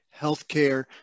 healthcare